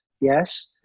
Yes